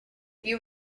you